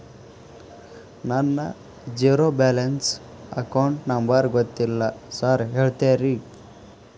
ನನ್ನ zero balance account number ಗೊತ್ತಿಲ್ಲ sir ಹೇಳ್ತೇರಿ?